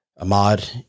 Ahmad